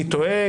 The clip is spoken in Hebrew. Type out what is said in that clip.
-- מירב, תודה.